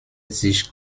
sich